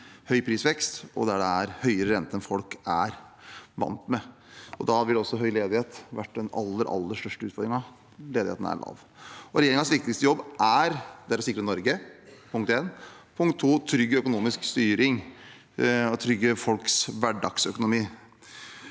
høy prisvekst, og der det er høyere rente enn folk er vant med. Da ville også høy ledighet vært den aller, aller største utfordringen. Ledigheten er lav. Regjeringens viktigste jobb er å sikre Norge – det er punkt én. Punkt to er trygg økonomisk styring – å trygge folks hverdagsøkonomi.